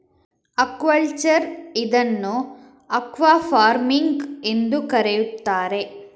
aquaculture ಇದನ್ನು aquafarming ಎಂದೂ ಕರೆಯುತ್ತಾರೆ